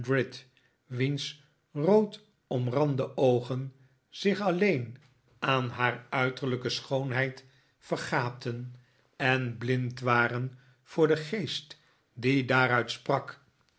wiens roodomrande oogen zich alleen aan uiterlijke schoonheid vergaapten en blind waren voor den geest die daaruit sprak